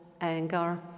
anger